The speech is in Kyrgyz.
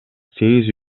сегиз